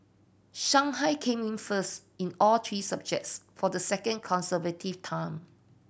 Shanghai came in first in all three subjects for the second consecutive time